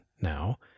now